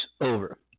over